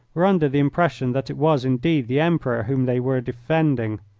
were under the impression that it was indeed the emperor whom they were defending.